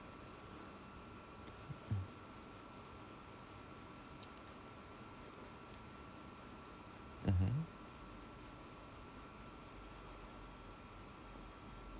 um mmhmm